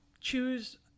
choose